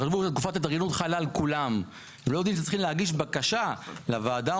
לא יודעים שצריך להגיש בקשה לוועדה ההומניטרית.